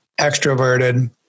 extroverted